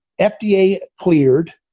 FDA-cleared